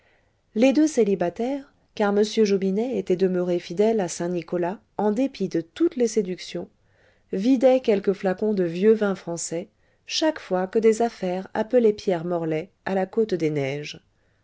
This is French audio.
les deux célibataires car m jobinet était demeuré fidèle à saint nicolas en dépit de toutes les séductions vidaient quelques flacons de vieux vins français chaque fois que des affaires appelaient pierre morlaix à la côte des neiges